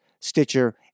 Stitcher